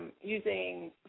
using